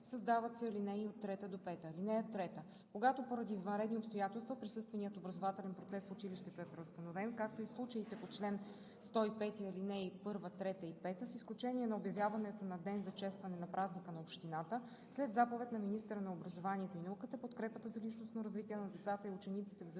Създават се ал. 3 – 5: „(3) Когато поради извънредни обстоятелства присъственият образователен процес в училището е преустановен, както и в случаите по чл. 105, ал. 1, 3 и 5, с изключение на обявяването на ден за честване на празника на общината, след заповед на министъра на образованието и науката подкрепата за личностно развитие на децата и учениците в зависимост